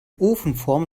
ofenform